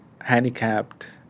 handicapped